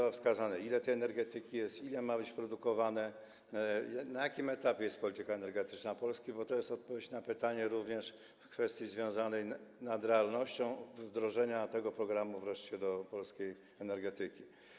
Mamy wskazane, ile tej energetyki jest, ile ma być produkowane, na jakim etapie jest polityka energetyczna Polski, bo to jest odpowiedź na pytanie również w kwestii związanej z realnością wdrożenia tego programu wreszcie do polskiej energetyki.